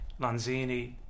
Lanzini